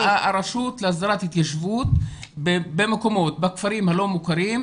הרשות להסדרת ההתיישבות בכפרים הלא מוכרים,